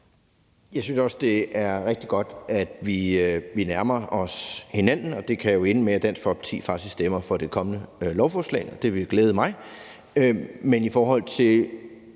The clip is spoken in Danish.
Jeg synes også, det er rigtig godt, at vi nærmer os hinanden, og det kan jo ende med, at Dansk Folkeparti faktisk stemmer for det kommende lovforslag. Det ville glæde mig. Men i forhold til